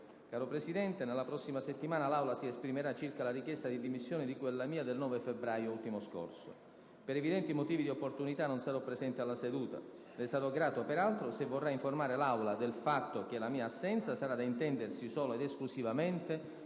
«Caro Presidente, nella prossima settimana l'Aula si esprimerà circa la richiesta di dimissioni di cui alla mia del 9 febbraio, u.s. Per evidenti motivi di opportunità non sarò presente alla seduta. Le sarò grato, peraltro, se vorrà informare l'Aula del fatto che la mia assenza sarà da intendersi solo ed esclusivamente